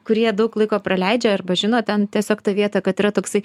kurie daug laiko praleidžia arba žino ten tiesiog tą vietą kad yra toksai